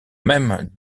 même